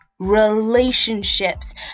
relationships